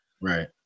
Right